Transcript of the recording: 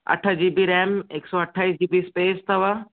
अठ G B RAM हिकु सौ अठाईस जी बी स्पेस अथव